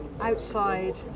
outside